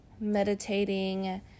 meditating